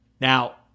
Now